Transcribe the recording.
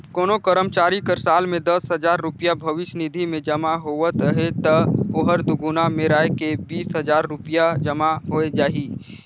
कोनो करमचारी कर साल में दस हजार रूपिया भविस निधि में जमा होवत अहे ता ओहर दुगुना मेराए के बीस हजार रूपिया जमा होए जाही